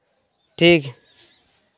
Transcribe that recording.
ᱴᱷᱤᱠ